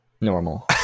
normal